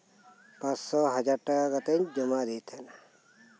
ᱯᱟᱸᱥᱥᱳ ᱦᱟᱡᱟᱨ ᱴᱟᱠᱟ ᱠᱟᱛᱮᱜ ᱤᱧ ᱡᱚᱢᱟ ᱤᱫᱤᱭᱮᱫ ᱛᱟᱸᱦᱮᱱᱟ